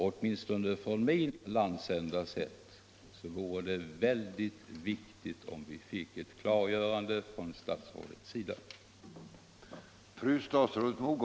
Åtminstone Om tolkningen av — från min landsända sett är det mycket viktigt att från statsrådets sida bestämmelserna få ett klargörande på denna punkt.